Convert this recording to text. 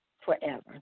forever